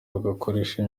bagakoresha